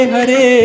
Hare